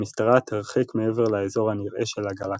המשתרעת הרחק מעבר לאזור הנראה של הגלקסיה.